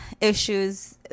issues